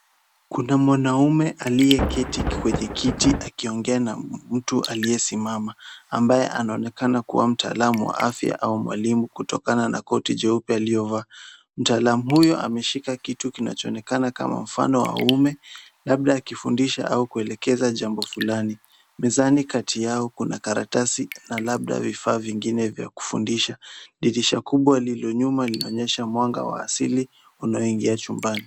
Kuna mwanaume aliyeketi kwenye kiti akiongea na mtu aliyesimama, ambaye anaonekana kuwa mtaalamu wa afya au mwalimu kutokana na koti jeupe aliyovaa. Mtaalamu huyu ameshika kitu kinachoonekana kama mfano wa uume, labda akifundisha au kuelekeza jambo fulani, mezani kati yao kuna karatasi na labda vifaa vingine vya kufundisha. Dirisha kubwa lililo nyuma linaonyesha mwanga wa asili unaoingia chumbani.